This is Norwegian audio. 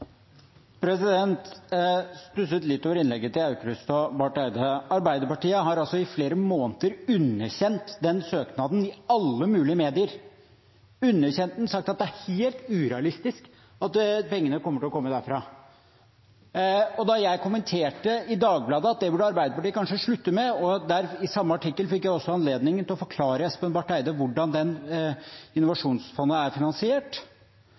flere måneder underkjent denne søknaden i alle mulige medier, underkjent den og sagt at det er helt urealistisk at pengene kommer til å komme derfra. Og da jeg kommenterte i Dagbladet at det burde Arbeiderpartiet kanskje slutte med, og i samme artikkel også fikk anledning til å forklare Espen Barth Eide hvordan innovasjonsfondet er finansiert, så sa han at det var det merkeligste han hadde hørt fra den kanten på en stund. Poenget mitt var at jeg er